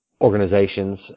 organizations